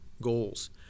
goals